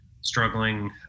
struggling